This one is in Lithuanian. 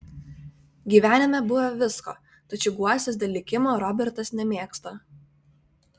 gyvenime buvę visko tačiau guostis dėl likimo robertas nemėgsta